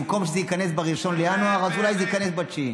במקום שזה ייכנס ב-1 בינואר אולי זה ייכנס בספטמבר.